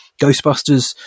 Ghostbusters